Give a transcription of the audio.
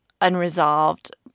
unresolved